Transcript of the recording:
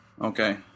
Okay